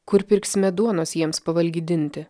kur pirksime duonos jiems pavalgydinti